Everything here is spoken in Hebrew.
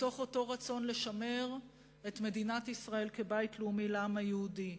מתוך אותו רצון לשמר את מדינת ישראל כבית לאומי לעם היהודי,